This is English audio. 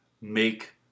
make